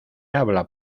habla